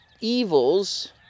evils